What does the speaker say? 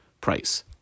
price